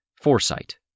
foresight